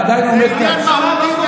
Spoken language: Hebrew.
אני עומד על הדוכן.